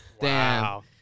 Wow